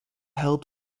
held